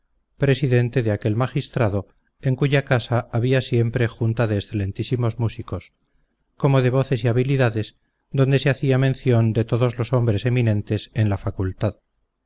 presidente de aquel magistrado en cuya casa había siempre junta de excelentísimos músicos como de voces y habilidades donde se hacía mención de todos los hombres eminentes en la facultad